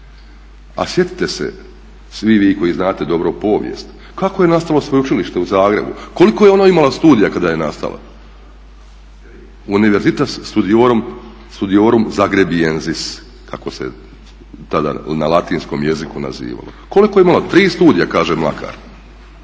a sjetite se svi vi koji znate dobro povijest, kako je nastalo Sveučilište u Zagrebu, koliko je ono imalo studija kada je nastalo. Universitas studiorum zagrebiensis kako se tada na latinskom jeziku nazivalo, koliko je imalo, tri studija kaže Mlakar